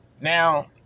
Now